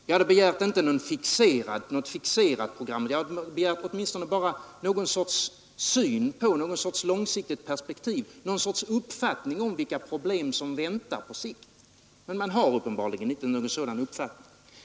Jag har som sagt inte begärt något fixerat program utan bara någon sorts syn eller långsiktigt perspektiv på eller uppfattning om vilka problem som väntar på sikt. Men man har uppenbarligen inte något sådant.